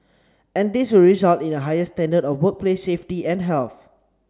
and this will result in a higher standard of workplace safety and health